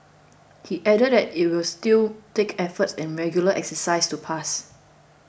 he added that it will still take efforts and regular exercise to pass